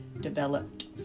developed